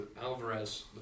Alvarez